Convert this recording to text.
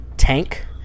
Tank